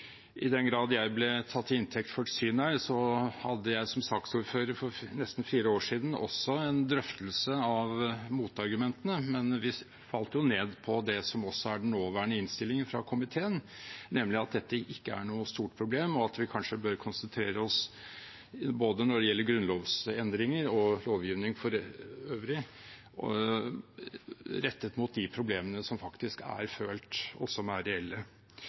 ble tatt til inntekt for et syn her, at som saksordfører for nesten fire år siden hadde jeg også en drøftelse av motargumentene, men vi falt ned på det som er den nåværende innstillingen fra komiteen, nemlig at dette ikke er noe stort problem, og at vi, når det gjelder både grunnlovsendringer og lovgivning for øvrig, kanskje bør konsentrere oss om de problemene som faktisk er følt, og som er reelle.